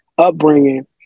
upbringing